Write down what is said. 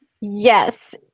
Yes